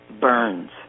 burns